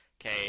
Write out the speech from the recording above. Okay